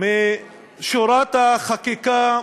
משורת החקיקה